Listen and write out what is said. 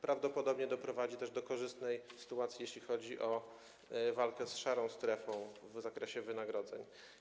Prawdopodobnie doprowadzi to też do korzystnej sytuacji, jeśli chodzi o walkę z szarą strefą w zakresie wynagrodzeń.